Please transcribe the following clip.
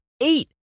eight